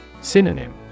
Synonym